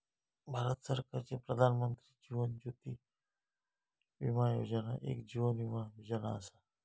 भारत सरकारची प्रधानमंत्री जीवन ज्योती विमा योजना एक जीवन विमा योजना असा